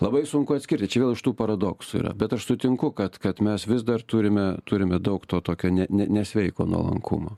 labai sunku atskirti čia vėl iš tų paradoksų yra bet aš sutinku kad kad mes vis dar turime turime daug to tokio ne nesveiko nuolankumo